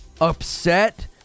upset